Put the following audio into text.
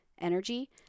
energy